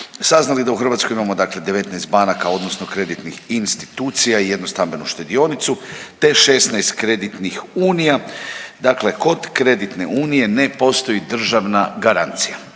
saznali da u Hrvatskoj imamo dakle 19 banaka odnosno kreditnih institucija i jednu stambenu štedionicu te 16 kreditnih unija. Dakle, kod kreditne unije ne postoji državna garancija.